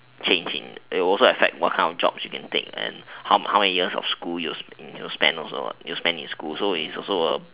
change in it also affect what type of jobs you can take and how many years of school you spend also what you spend in school what so it's also a